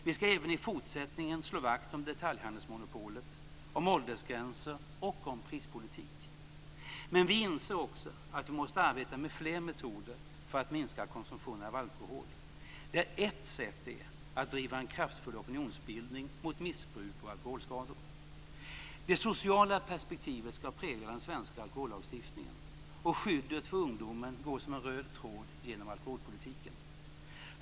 Vi ska även i fortsättningen slå vakt om detaljhandelsmonopolet, om åldersgränser och om prispolitik. Men vi inser också att vi måste arbeta med fler metoder för att minska konsumtionen av alkohol, där ett sätt är att driva en kraftfull opinionsbildning mot missbruk och alkoholskador. Det sociala perspektivet ska prägla den svenska alkohollagstiftningen, och skyddet för ungdomen går som en röd tråd genom alkoholpolitiken.